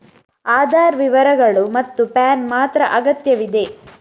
ಆಧಾರ್ ವಿವರಗಳು ಮತ್ತು ಪ್ಯಾನ್ ಮಾತ್ರ ಅಗತ್ಯವಿದೆ